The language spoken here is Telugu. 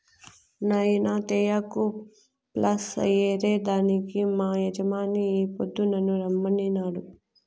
నాయినా తేయాకు ప్లస్ ఏరే దానికి మా యజమాని ఈ పొద్దు నన్ను రమ్మనినాడు